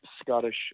Scottish